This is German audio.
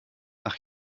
ach